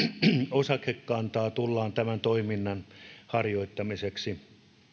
osakekantaa tullaan tämän toiminnan harjoittamiseksi